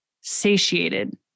satiated